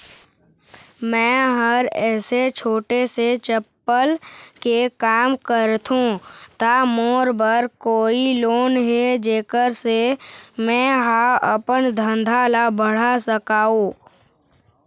मैं हर ऐसे छोटे से चप्पल के काम करथों ता मोर बर कोई लोन हे जेकर से मैं हा अपन धंधा ला बढ़ा सकाओ?